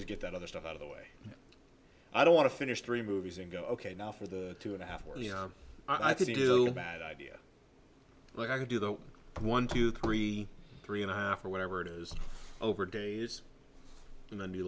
to get that other stuff out of the way i don't want to finish three movies and go ok now for the two and a half you know i didn't do a bad idea like i could do the one two three three and a half or whatever it is over days and then the